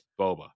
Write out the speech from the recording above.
Boba